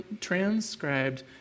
transcribed